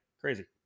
crazy